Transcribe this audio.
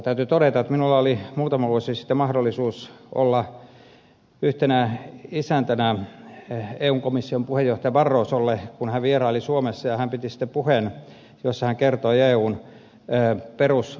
täytyy todeta että minulla oli muutama vuosi sitten mahdollisuus olla yhtenä isäntänä eun komission puheenjohtajalle barrosolle kun hän vieraili suomessa ja hän piti sitten puheen jossa hän kertoi eun perusajatuksia